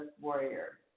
warrior